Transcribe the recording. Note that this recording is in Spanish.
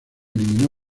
eliminó